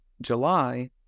July